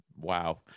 wow